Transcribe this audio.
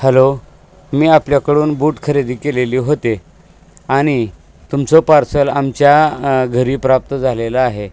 hello मी आपल्याकडून बूट खरेदी केलेली होते आणि तुमचं पार्सल आमच्या घरी प्राप्त झालेलं आहे